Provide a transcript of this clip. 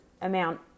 amount